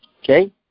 Okay